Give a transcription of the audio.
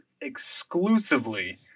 exclusively